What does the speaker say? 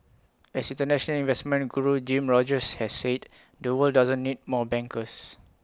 as International investment Guru Jim Rogers has said the world doesn't need more bankers